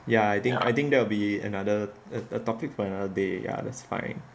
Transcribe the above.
ya I think I think that will be another err a topic for another day ya it's fine